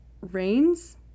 rains